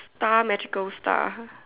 star magical star